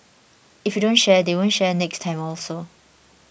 if you don't share they won't share next time also